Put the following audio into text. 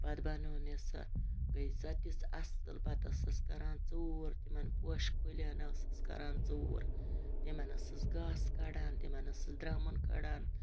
پَتہٕ بَنوو مےٚ سۄ گٔے سۄ تِژھ اَصٕل پَتہٕ ٲسَس کَران ژوٗر تِمَن پوشہِ کُلٮ۪ن ٲسٕس کَران ژوٗر تِمَن ٲسٕس گاسہٕ کَڑان تِمَن ٲسٕس درٛمُن کَڑان